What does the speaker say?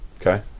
Okay